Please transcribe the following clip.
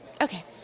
Okay